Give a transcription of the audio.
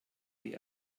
die